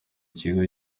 ikigo